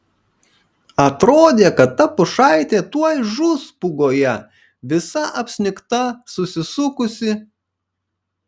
atrodė kad ta pušaitė tuoj žus pūgoje visa apsnigta susisukusi